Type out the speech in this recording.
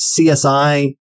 CSI